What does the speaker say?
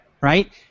Right